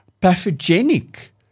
pathogenic